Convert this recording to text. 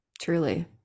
Truly